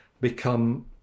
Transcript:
become